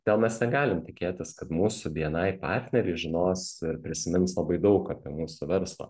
todėl mes negalim tikėtis kad mūsų bni partneriai žinos ir prisimins labai daug apie mūsų verslą